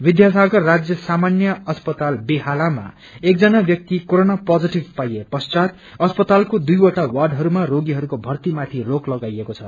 विध्यासागर राज्य सामान्य अस्पताल बेहालामा एकजना व्याक्ति कोरोन पोजिटिभ पाइए पश्चात अस्पातालको दुईवटा वार्डहरूमा रोगीहरूको भर्तीमाथि रोक लगाइएको छ